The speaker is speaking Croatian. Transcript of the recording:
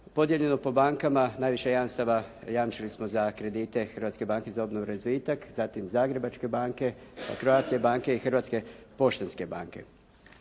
Podijeljeno po bankama najviše jamstava jamčili smo za kredite Hrvatske banke za obnovu i razvitak, zatim Zagrebačke banke, Croatia banke i Hrvatske poštanske banke.